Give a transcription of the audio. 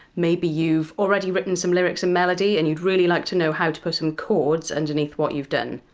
maybe you've already written some lyrics and melody and you'd really like to know how to put some chords underneath what you've done.